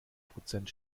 prozent